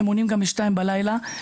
עונים גם בשתיים בלילה,